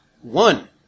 one